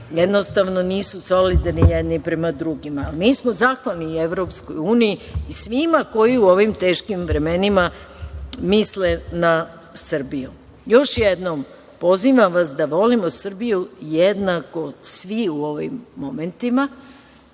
jednostavno, nisu solidarni jedni prema drugima. Mi smo zahvalni EU i svima koji u ovim teškim vremenima misle na Srbiju. Još jednom, pozivam vas da volimo Srbiju jednako svi u ovim momentima,